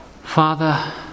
Father